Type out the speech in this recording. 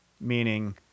Meaning